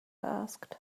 asked